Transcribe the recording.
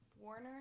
Warner